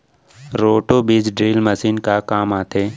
Roto बीज drill machine का काम आथे?